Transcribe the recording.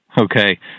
Okay